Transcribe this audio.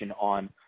on